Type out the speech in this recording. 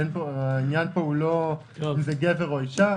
אין פה, העניין פה לא אם זה גבר או אישה.